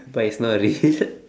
but it's not real